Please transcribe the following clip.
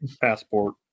passport